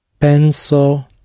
Penso